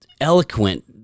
eloquent